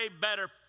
better